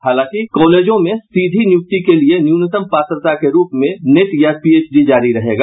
हालांकि कॉलेजों में सीधी नियुक्ति के लिए न्यूनतम पात्रता के रूप में नेट या पीएचडी जारी रहेगा